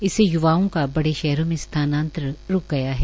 इससे य्वाओं का बडे शहरों में स्थानांतरण रुक गया है